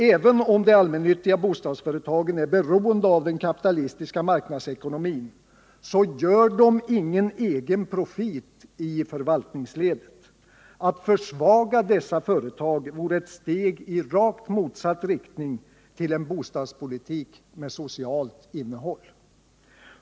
Även om de allmännyttiga bostadsföretagen är beroende av den kapitalistiska marknadsekonomin så gör de ingen egen profit i förvaltningsledet. Att försvaga dessa företag vore ett steg i rakt motsatt riktning till en bostadspolitik med socialt innehåll.